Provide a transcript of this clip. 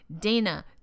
Dana